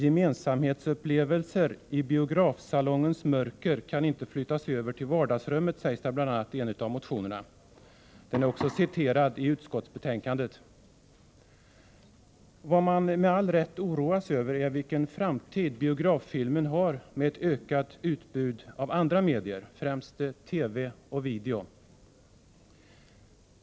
”Gemensamhetsupplevelser i biografsalongens mörker kan aldrig någonsin flyttas över till vardagsrummet därhemma”, sägs det bl.a. i en av motionerna, vilken också är citerad i utskottsbetänkandet. Vad man med all rätt oroas över är vilken framtid biograffilmen har med ett ökat utbud av andra medier, främst TV och video.